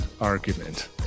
argument